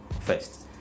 first